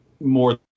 more